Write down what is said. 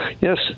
Yes